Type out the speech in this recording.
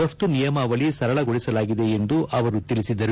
ರಫ್ತು ನಿಯಮಾವಳಿ ಸರಳಗೊಳಿಸಲಾಗಿದೆ ಎಂದು ಅವರು ಹೇಳಿದರು